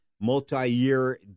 multi-year